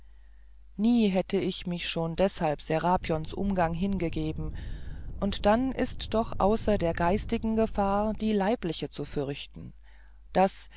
nie hätte ich mich schon deshalb serapions umgange hingegeben und dann ist noch außer der geistigen gefahr die leibliche zu fürchten daß